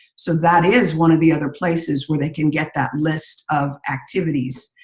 so that is one of the other places where they can get that list of activities.